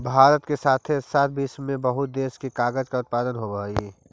भारत के साथे साथ विश्व के बहुते देश में कागज के उत्पादन होवऽ हई